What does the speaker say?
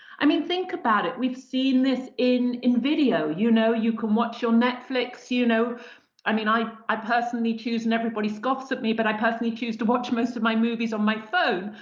i mean, think about it. we've seen this in in video. you know you can watch your netflix, you know i mean, i i personally choose, and everybody scoffs at me, but i personally choose to watch most of my movies on my phone.